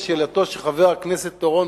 לשאלתו של חבר הכנסת אורון,